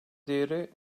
değeri